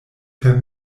per